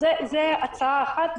זו הצעה אחת,